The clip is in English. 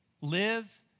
live